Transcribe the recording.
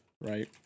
Right